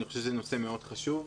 אני חושב שזה נושא מאוד חשוב.